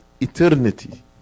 eternity